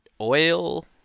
oil